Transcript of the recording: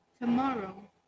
tomorrow